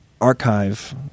archive